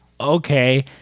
okay